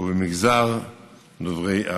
ובמגזר דוברי הערבית.